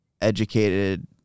educated